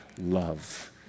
love